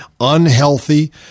unhealthy